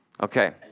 Okay